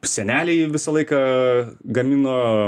seneliai visą laiką gamino